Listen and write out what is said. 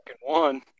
One